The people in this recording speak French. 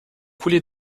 coulées